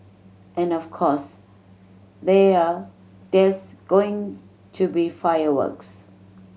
and of course they are there's going to be fireworks